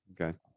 Okay